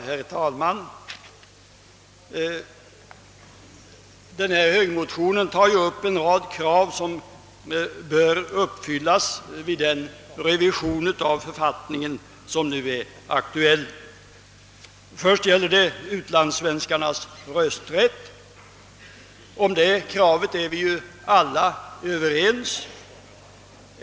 Herr talman! Den högermotion det här gäller tar upp en rad krav som bör uppfyllas vid den författningsrevision som nu är aktuell. Det första kravet är utlandssvenskarnas rösträtt, och där är vi alla överens.